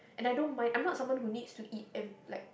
and I don't mind I'm not someone who needs to eat ev~ like